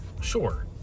Sure